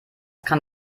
kann